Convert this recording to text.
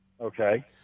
Okay